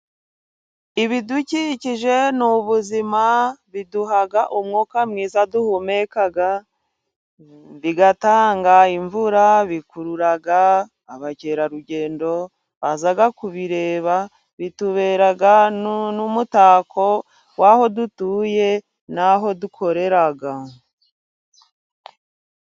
Ibidukikije ni ubuzima biduha umwuka mwiza duhumeka ,bigatanga imvura, bikurura abakerarugendo baza kubireba ,bitubera n'umutako w'aho dutuye n'aho dukorera.